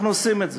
אנחנו עושים את זה.